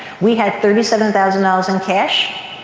we had thirty seven thousand dollars in cash.